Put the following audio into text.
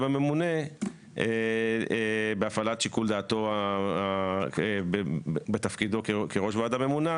הממונה בהפעלת שיקול דעתו בתפקידו כראש ועדה ממונה,